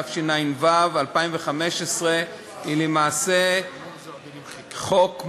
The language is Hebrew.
אדוני היושב-ראש, חברי